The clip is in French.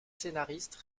scénariste